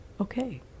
okay